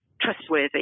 trustworthy